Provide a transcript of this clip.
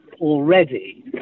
already